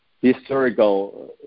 historical